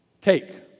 take